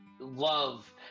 love